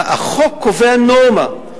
החוק קובע נורמה,